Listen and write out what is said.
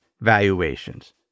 valuations